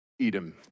Edom